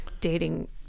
dating